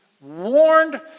warned